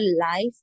life